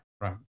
Right